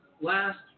last